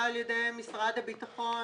על-ידי משרד הביטחון